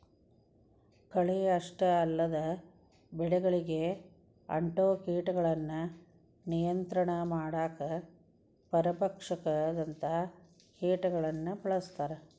ಕಳೆ ಅಷ್ಟ ಅಲ್ಲದ ಬೆಳಿಗಳಿಗೆ ಅಂಟೊ ಕೇಟಗಳನ್ನ ನಿಯಂತ್ರಣ ಮಾಡಾಕ ಪರಭಕ್ಷಕದಂತ ಕೇಟಗಳನ್ನ ಬಳಸ್ತಾರ